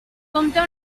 compta